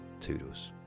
Toodles